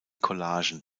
collagen